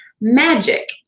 magic